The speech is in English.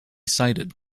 cited